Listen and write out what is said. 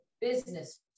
business